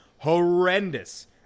horrendous